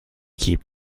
keep